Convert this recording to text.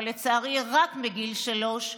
אבל לצערי רק מגיל שלוש,